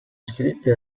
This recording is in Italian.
scritte